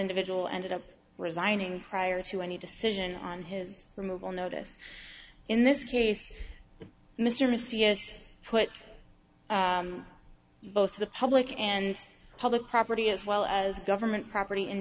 individual ended up resigning prior to any decision on his removal notice in this case mr c s put both the public and public property as well as government property in